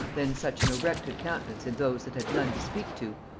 then such an erected countenance in those that had none to speak to,